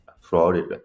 Florida